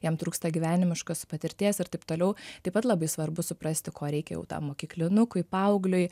jam trūksta gyvenimiškos patirties ir taip toliau taip pat labai svarbu suprasti ko reikia jau tam mokyklinukui paaugliui